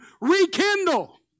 rekindle